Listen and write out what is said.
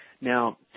Now